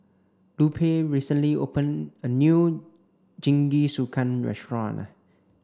Lupe recently open a new Jingisukan restaurant